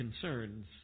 concerns